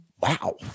Wow